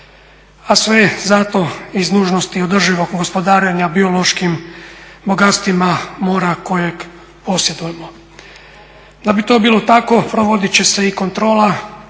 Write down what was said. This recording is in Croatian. A sve zato iz nužnosti održivog gospodarenja biološkim bogatstvima mora kojeg posjedujemo. Da bi to bilo tako provoditi će se i kontrola